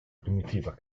primitiva